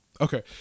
Okay